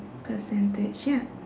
percentage ya